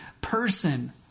person